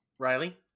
Riley